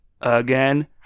Again